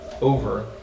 over